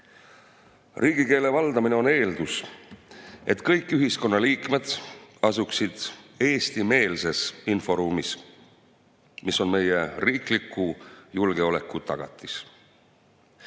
Riigikeele valdamine on eeldus, et kõik ühiskonna liikmed asuksid eestimeelses inforuumis, mis on meie riikliku julgeoleku tagatis.